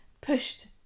pushed